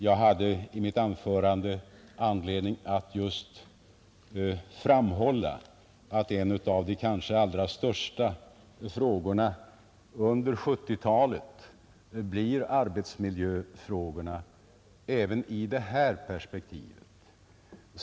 Jag hade i mitt anförande anledning att framhålla, att en av de kanske allra viktigaste frågorna under 1970-talet blir arbetsmiljöfrågorna även i det här perspektivet.